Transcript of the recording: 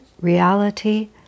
reality